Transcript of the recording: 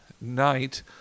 night